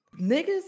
niggas